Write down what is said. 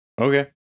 Okay